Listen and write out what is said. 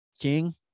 King